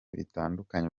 bitandukanye